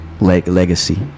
legacy